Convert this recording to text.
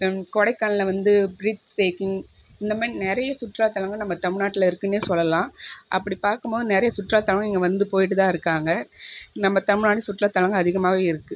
கொடைக்கானலில் வந்து பிரித்தேக்கிங் இந்த மாதிரி நிறைய சுற்றுலா தலங்கள் நம்ப தமிழ் நாட்டில் இருக்குதுன்னே சொல்லலாம் அப்படி பார்க்கும் போது நிறைய சுற்றுலா தலங்களும் இங்கே வந்து போயிட்டு தான் இருக்காங்க நம்ப தமிழ் நாடு சுற்றுலா தலங்கள் அதிகமாகவே இருக்குது